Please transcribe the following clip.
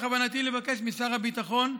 בכוונתי לבקש משר הביטחון,